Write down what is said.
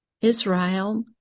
Israel